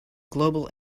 global